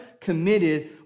committed